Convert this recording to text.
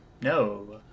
No